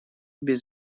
без